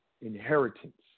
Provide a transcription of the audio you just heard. inheritance